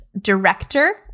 director